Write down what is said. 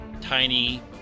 tiny